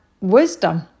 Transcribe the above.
wisdom